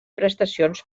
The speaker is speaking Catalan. prestacions